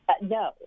No